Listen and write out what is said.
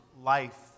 life